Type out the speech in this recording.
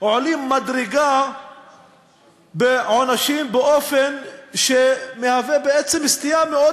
שעולים מדרגה בעונשים באופן שהוא סטייה מאוד